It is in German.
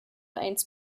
eins